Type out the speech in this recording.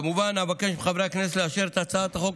כמובן, אבקש מחברי הכנסת לאשר את הצעת החוק.